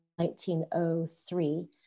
1903